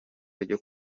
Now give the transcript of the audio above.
ryo